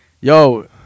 Yo